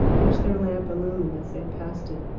which their lamp illumined as they passed it.